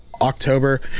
October